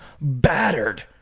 battered